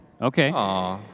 Okay